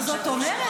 מה זאת אומרת?